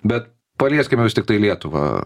bet palieskime vis tiktai lietuvą